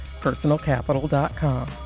personalcapital.com